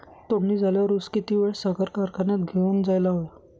तोडणी झाल्यावर ऊस किती वेळात साखर कारखान्यात घेऊन जायला हवा?